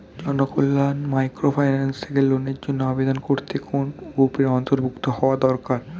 Janakalyan microfinance থেকে লোনের জন্য আবেদন করতে কোন গ্রুপের অন্তর্ভুক্ত হওয়া দরকার?